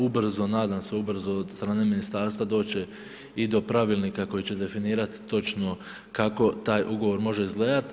Ubrzo, nadam se ubrzo od strane ministarstva doći će i do pravilnika koji će definirati točno kako taj ugovor može izgledati.